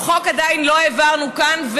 חוק עדיין לא העברנו כאן,